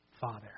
Father